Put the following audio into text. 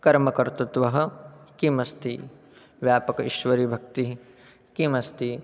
कर्मकर्तृत्वं किमस्ति व्यापकैश्वरीभक्तिः किमस्ति